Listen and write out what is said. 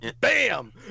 bam